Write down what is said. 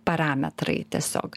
parametrai tiesiog